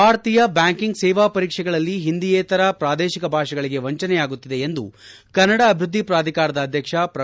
ಭಾರತೀಯ ಬ್ಯಾಂಕಿಂಗ್ ಸೇವಾ ಪರೀಕ್ಷೆಗಳಲ್ಲಿ ಹಿಂದಿಯೇತರ ಪ್ರಾದೇಶಿಕ ಭಾಷೆಗಳಿಗೆ ವಂಚನೆಯಾಗುತ್ತಿದೆ ಎಂದು ಕನ್ನಡ ಅಭಿವೃದ್ಧಿ ಪ್ರಾಧಿಕಾರದ ಅಧ್ಯಕ್ಷ ಪ್ರೊ